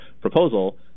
proposal –